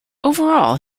overall